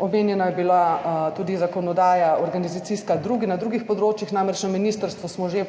omenjena je bila tudi zakonodaja organizacijska na drugih področjih. Namreč na ministrstvu smo že